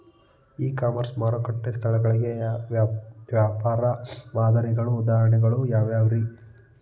E commerce ಮಾರುಕಟ್ಟೆ ಸ್ಥಳಗಳಿಗೆ ವ್ಯಾಪಾರ ಮಾದರಿಗಳ ಉದಾಹರಣೆಗಳು ಯಾವವುರೇ?